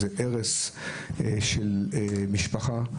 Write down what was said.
זה הרס של משפחה,